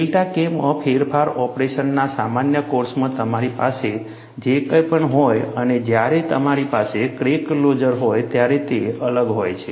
delta K માં ફેરફાર ઓપરેશનના સામાન્ય કોર્સમાં તમારી પાસે જે કંઈ પણ હોય અને જ્યારે તમારી પાસે ક્રેક ક્લોઝર હોય ત્યારે તે અલગ હોય છે